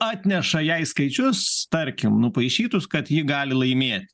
atneša jai skaičius tarkim nupaišytus kad ji gali laimėti